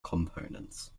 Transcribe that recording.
components